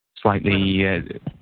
slightly